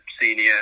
senior